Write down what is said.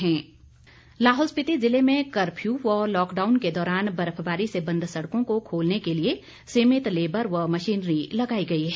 DC Lahaul Lahaul Spiti जिले में curfew व लॉक डाउन के दौरान बर्फबारी से बंद सड़कों को खोलने के लिये सीमित लेबर व मशीनरी लगाई गई है